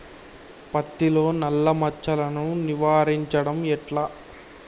పత్తిలో నల్లా మచ్చలను నివారించడం ఎట్లా?